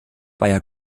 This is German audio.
bayer